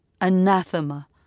anathema